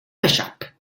bishop